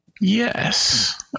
Yes